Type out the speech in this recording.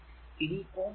ഇനി ohm's law